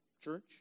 church